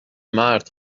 مرد